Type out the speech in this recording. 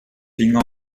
finger